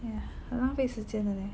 哎呀很浪费时间的 leh